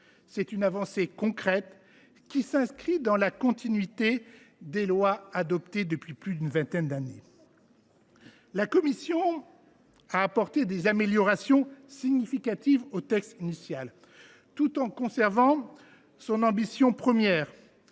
C’est une avancée concrète qui s’inscrit dans la continuité des lois adoptées ces vingt dernières années. La commission a apporté des améliorations significatives au texte initial, tout en conservant son ambition première.